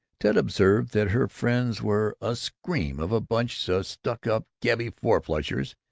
ted observed that her friends were a scream of a bunch-stuck-up gabby four-flushers.